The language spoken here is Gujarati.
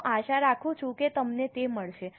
હું આશા રાખું છું કે તમને તે મળશે